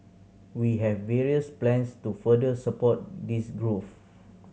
we have various plans to further support this growth